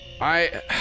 I-